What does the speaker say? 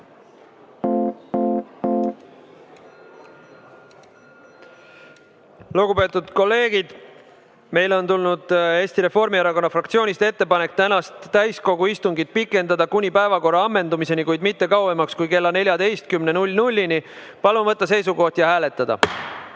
kolleegid, meile on tulnud Eesti Reformierakonna fraktsioonist ettepanek tänast täiskogu istungit pikendada kuni päevakorra ammendumiseni, kuid mitte kauemaks kui kella 14-ni. Palun võtta seisukoht ja hääletada!